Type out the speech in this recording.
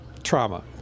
Trauma